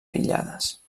aïllades